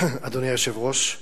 אדוני היושב-ראש,